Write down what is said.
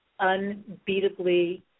unbeatably